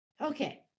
Okay